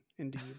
Indeed